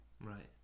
Right